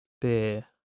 Beer